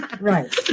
Right